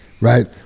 right